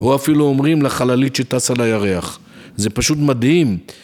‫או אפילו אומרים לחללית שטס על הירח. ‫זה פשוט מדהים.